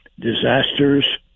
disasters